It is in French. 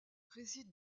réside